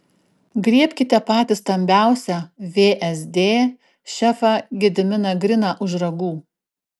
griebkite patį stambiausią vsd šefą gediminą griną už ragų